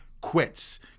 quits